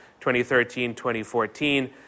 2013-2014